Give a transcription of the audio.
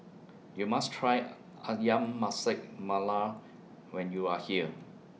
YOU must Try Ayam Masak Mala when YOU Are here